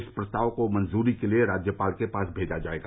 इस प्रस्ताव को मंजूरी के लिए राज्यपाल के पास भेजा जायेगा